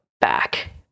back